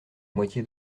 moitié